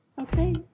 Okay